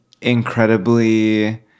incredibly